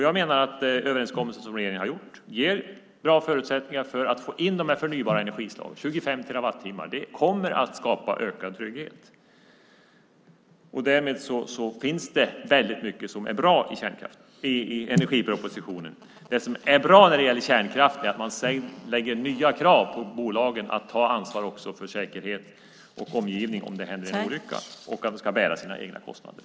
Jag menar att den överenskommelse som regeringen har gjort ger bra förutsättningar för att få in de förnybara energislagen, 25 terawattimmar. Det kommer att skapa ökad trygghet, och därmed finns det mycket som är bra i energipropositionen. Det som är bra beträffande kärnkraften är att man ställer nya krav på bolagen, att de även ska ta ansvar för säkerheten och omgivningen ifall det händer en olycka, samt att den ska bära sina egna kostnader.